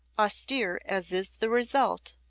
austere as is the result,